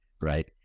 Right